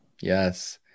Yes